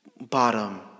bottom